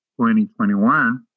2021